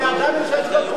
לא ידענו שיש לו כל כך,